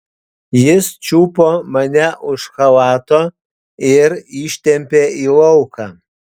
jis čiupo mane už chalato ir ištempė į lauką